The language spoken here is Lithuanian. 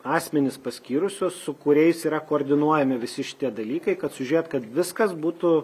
asmenis paskyrusios su kuriais yra koordinuojami visi šitie dalykai kad sužiūrėt kad viskas būtų